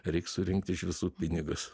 reik surinkt iš visų pinigus